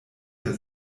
der